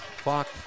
clock